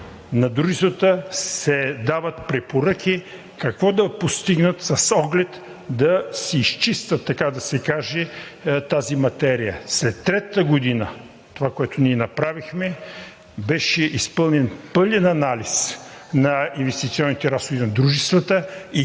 на дружествата се дават препоръки какво да постигнат с оглед да изчистят, така да се каже, тази материя. След третата година това, което направихме, беше изпълнен пълен анализ на инвестиционните разходи на дружествата